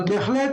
אבל בהחלט